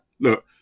Look